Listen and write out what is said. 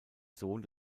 sohn